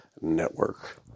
network